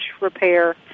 repair